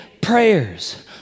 prayers